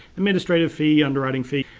administration fee, underwriting fee,